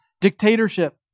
dictatorship